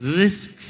risk